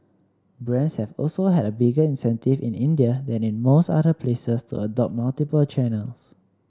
brands have also had a bigger incentive in India than in most other places to adopt multiple channels